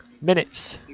minutes